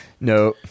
no